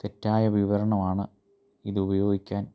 തെറ്റായ വിവരണമാണ് ഇത് ഉപയോഗിക്കാൻ